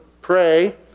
pray